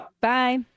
Bye